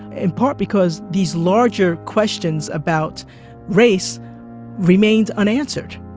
in part because these larger questions about race remained unanswered